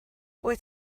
wyt